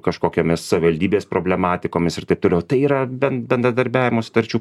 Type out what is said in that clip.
kažkokiomis savivaldybės problematikomis ir taip toliau tai yra ben bendradarbiavimo sutarčių